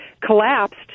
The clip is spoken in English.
collapsed